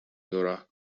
ظهرها